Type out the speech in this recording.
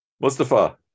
Mustafa